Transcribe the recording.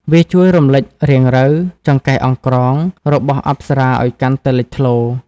វាជួយរំលេចរាងរៅ "ចង្កេះអង្ក្រង" របស់អប្សរាឱ្យកាន់តែលេចធ្លោ។